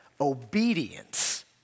obedience